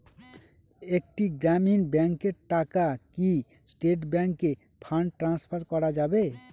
একটি গ্রামীণ ব্যাংকের টাকা কি স্টেট ব্যাংকে ফান্ড ট্রান্সফার করা যাবে?